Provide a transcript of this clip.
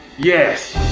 yes,